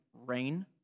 rain